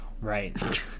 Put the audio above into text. right